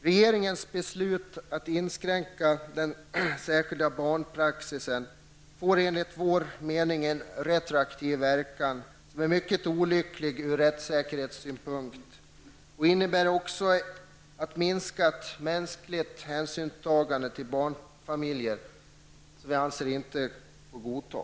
Regeringens beslut att inskränka den särskilda barnpraxisen får enligt vår mening en retroaktiv verkan som är mycket olycklig ur rättssäkerhetssynpunkt, och beslutet innebär också ett minskat mänskligt hänsynstagande till barnfamiljer, vilket inte kan godtas.